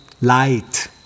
light